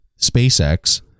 SpaceX